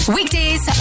Weekdays